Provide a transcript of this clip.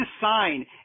sign